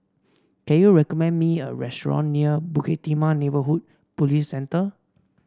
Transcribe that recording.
can you recommend me a restaurant near Bukit Timah Neighbourhood Police Centre